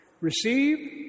Receive